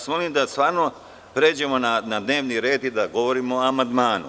Molim vas da stvarno pređemo na dnevni red i da govorimo o amandmanu.